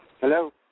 Hello